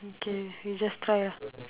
okay we just try lah